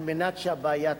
כדי שהבעיה תיפתר,